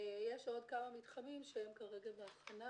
יש עוד כמה מתחמים שהם כרגע בהכנה,